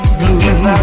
blue